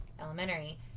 elementary